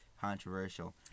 controversial